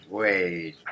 wait